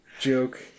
joke